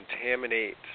contaminate